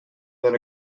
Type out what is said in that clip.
than